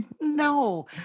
No